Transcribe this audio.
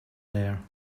there